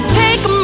take